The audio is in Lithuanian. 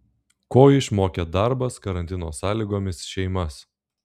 ko išmokė darbas karantino sąlygomis šeimas